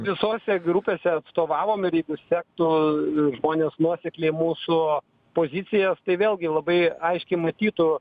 visose grupėse atstovavom ir jeigu sektų žmonės nuosekliai mūsų pozicijas tai vėlgi labai aiškiai matytų